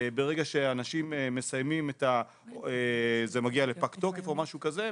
ברגע שאנשים מסיימים או זה מגיע לפג תוקף או משהו כזה,